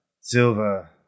silver